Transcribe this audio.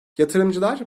yatırımcılar